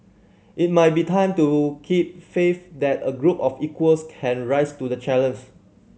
it might be time to keep faith that a group of equals can rise to the